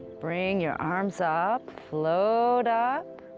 bring your arms, up float up,